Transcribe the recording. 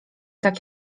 tak